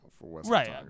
Right